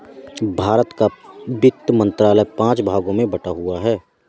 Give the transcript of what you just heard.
भारत का वित्त मंत्रालय पांच भागों में बटा हुआ है